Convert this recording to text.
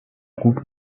groupe